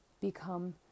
become